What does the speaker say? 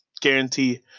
guarantee